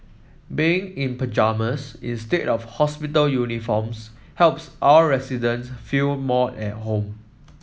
being in pyjamas instead of hospital uniforms helps our residents feel more at home